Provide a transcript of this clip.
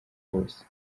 hose